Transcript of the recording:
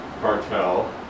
cartel